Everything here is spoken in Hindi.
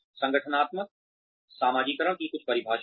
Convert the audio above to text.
संगठनात्मक समाजीकरण की कुछ परिभाषाएँ